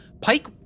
Pike